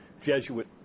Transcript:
Jesuit